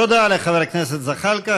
תודה לחבר הכנסת זחאלקה.